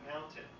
mountain